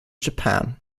japan